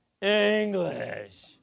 English